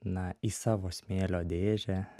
na į savo smėlio dėžę